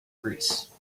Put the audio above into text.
greece